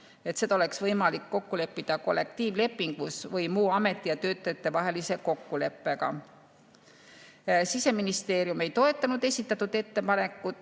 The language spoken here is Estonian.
asju] oleks võimalik kokku leppida kollektiivlepingus või muu ameti ja töötajate vahelise kokkuleppega. Siseministeerium ei toetanud esitatud ettepanekut.